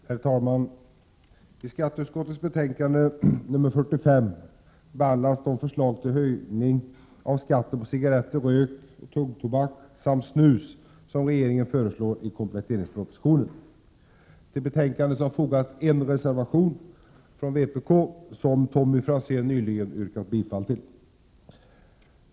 Herr talman! I skatteutskottets betänkande nr 45 behandlas de förslag till höjning av skatten på cigaretter, rökoch tuggtobak samt snus som regeringen föreslår i kompletteringspropositionen. Till betänkandet har fogats en reservation från vpk, som Tommy Franzén nyligen har yrkat bifall till.